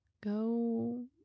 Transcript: Go